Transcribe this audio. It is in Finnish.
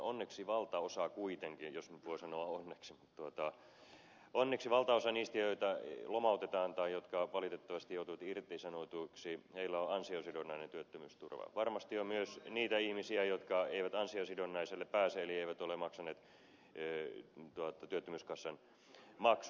onneksi valtaosalla kuitenkin jos nyt voi sanoa onneksi niistä joita lomautetaan tai jotka valitettavasti joutuvat irtisanotuiksi on ansiosidonnainen työttömyysturva varmasti on myös niitä ihmisiä jotka eivät ansiosidonnaiselle pääse eli eivät ole maksaneet työttömyyskassan maksuja